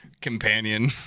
companion